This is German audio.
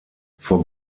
vor